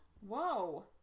Whoa